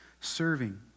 serving